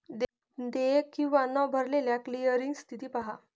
देयक किंवा न भरलेली क्लिअरिंग स्थिती पहा